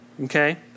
Okay